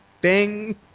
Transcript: Bing